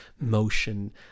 motion